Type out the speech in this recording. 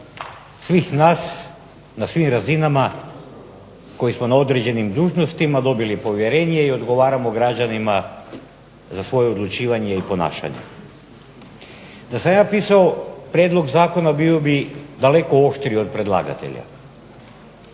svih nas, na svim razinama koji smo na određenim dužnostima dobili povjerenje i odgovaramo građanima za svoje odlučivanje i ponašanje. Da sam ja pisao prijedlog zakona bio bih daleko oštriji od predlagatelja.